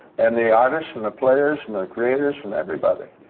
and the artists and the players and the creators and everybody.